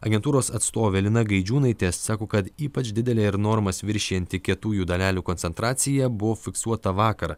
agentūros atstovė lina gaidžiūnaitė sako kad ypač didelė ir normas viršijanti kietųjų dalelių koncentracija buvo fiksuota vakar